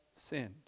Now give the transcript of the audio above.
sinned